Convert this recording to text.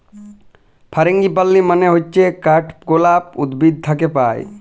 ফারাঙ্গিপালি মানে হচ্যে কাঠগলাপ উদ্ভিদ থাক্যে পায়